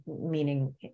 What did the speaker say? meaning